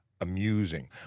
amusing